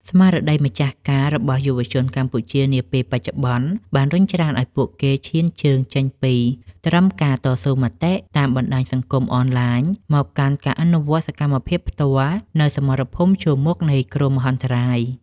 ស្មារតីម្ចាស់ការរបស់យុវជនកម្ពុជានាពេលបច្ចុប្បន្ន បានរុញច្រានឱ្យពួកគេឈានជើងចេញពីត្រឹមការតស៊ូមតិតាមបណ្ដាញអនឡាញ មកកាន់ការអនុវត្តសកម្មភាពផ្ទាល់នៅសមរភូមិជួរមុខនៃគ្រោះមហន្តរាយ។